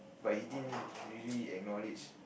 but he didn't really acknowledge